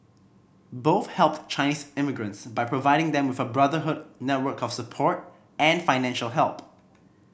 both helped Chinese immigrants by providing them with a brotherhood network of support and financial help